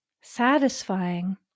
satisfying